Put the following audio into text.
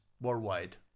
worldwide